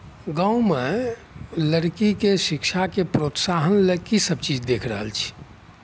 गाँवमे लड़कीके शिक्षाके प्रोत्साहन लए की सभ चीज देख रहल छी